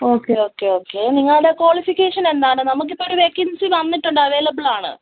okay okay okay നിങ്ങളുടെ qualification എന്താണ് നമുക്ക് ഇപ്പം ഒരു വേക്കൻസി വന്നിട്ടുണ്ട് അവൈലബിൾ ആണ്